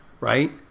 right